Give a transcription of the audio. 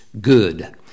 good